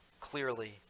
clearly